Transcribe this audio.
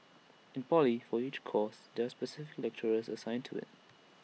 in poly for each course there specific lecturers assigned to IT